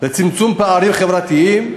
לצמצום פערים חברתיים.